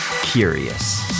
curious